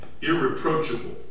irreproachable